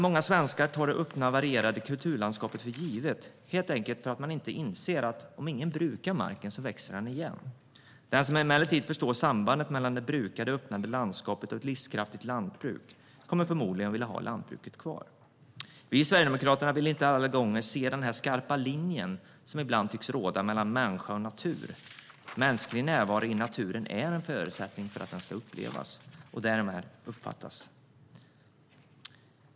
Många svenskar tar det öppna och varierade kulturlandskapet för givet, helt enkelt eftersom man inte riktigt inser att om ingen brukar marken så växer den igen. Den som emellertid förstår sambandet mellan det brukade, öppna landskapet och ett livskraftigt lantbruk kommer förmodligen att vilja ha lantbruket kvar. Vi sverigedemokrater vill inte alla gånger se den där skarpa linjen som ibland tycks finnas mellan människa och natur. Mänsklig närvaro i naturen är en förutsättning för att den ska upplevas och därmed uppfattas.